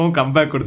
comeback